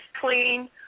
clean